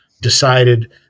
decided